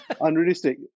unrealistic